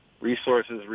Resources